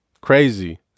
Crazy